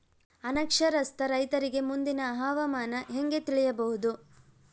ಅನಕ್ಷರಸ್ಥ ರೈತರಿಗೆ ಮುಂದಿನ ಹವಾಮಾನ ಹೆಂಗೆ ತಿಳಿಯಬಹುದು?